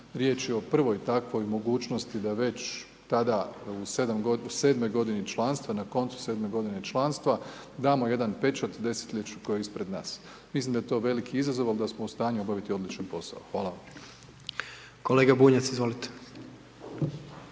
riječ je o prvoj takvoj mogućnosti da već tada u sedmoj godini članstva, na koncu sedme godine članstva, damo jedan pečat desetljeću koje je ispred nas. Mislim da je to veliki izazov, al da smo u stanju obaviti odličan posao. Hvala. **Jandroković,